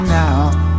now